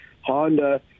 Honda